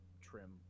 trim